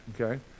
Okay